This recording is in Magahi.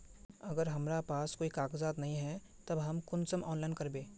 अगर हमरा पास कोई कागजात नय है तब हम कुंसम ऑनलाइन करबे?